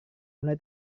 mulai